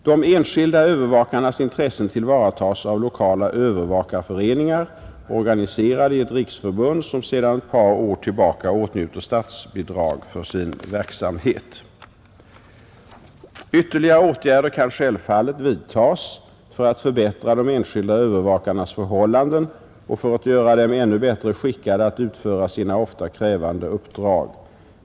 De enskilda övervakarnas intressen tillvaratas av lokala övervakarföreningar, organiserade i ett riksförbund, som sedan ett par år tillbaka åtnjuter statsbidrag för sin verksamhet. Ytterligare åtgärder kan självfallet vidtas för att förbättra de enskilda övervakarnas förhållanden och för att göra dem ännu bättre skickade att utföra sina ofta krävande uppdrag.